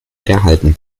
erhalten